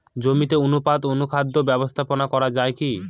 জমিতে অনুপাতে অনুখাদ্য ব্যবস্থাপনা করা য়ায় কি?